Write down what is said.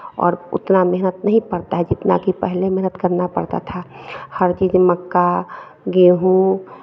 और उतना मेहनत नहीं पड़ता है जितना कि पहले मेहनत करना पड़ता था हर चीज़ मक्का गेहूं